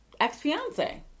ex-fiance